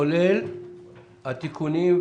כולל התיקונים,